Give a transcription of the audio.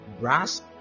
brass